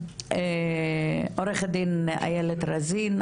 עורכת דין איילת רזין,